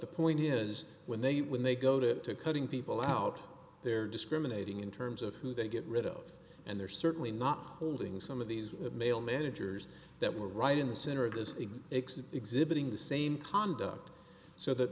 the point is when they when they go to a cutting people out there discriminating in terms of who they get rid of and they're certainly not holding some of these male managers that were right in the center of this extent exhibiting the same conduct so that